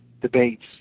debates